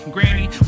Granny